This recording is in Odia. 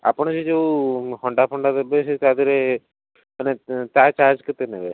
ଆପଣ ଏ ଯେଉଁ ହଣ୍ଡାଫଣ୍ଡା ଦେବେ ତା'ଦେହରେ ମାନେ ତା' ଚାର୍ଜ କେତେ ନେବେ